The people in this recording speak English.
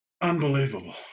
Unbelievable